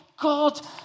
God